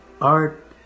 Art